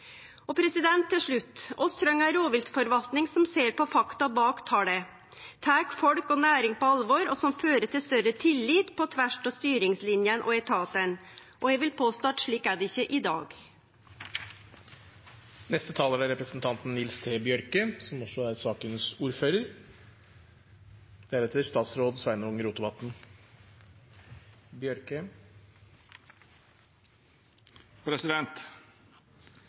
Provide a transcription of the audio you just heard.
Til slutt: Vi treng ei rovviltforvaltning som ser på fakta bak tala, tek folk og næring på alvor, og som fører til større tillit på tvers av styringslinjene og etatane. Eg vil påstå at slik er det ikkje i dag. Beitenæringa er noko av det sentrale for norsk matproduksjon og sjølvberging – og for busetnad i distriktet. Noreg er eit av landa i Europa med minst dyrka mark, og